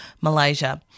Malaysia